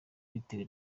bitewe